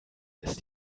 ist